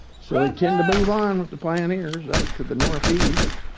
so they tend to move on with the pioneers up to the northeast.